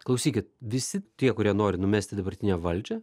klausykit visi tie kurie nori numesti dabartinę valdžią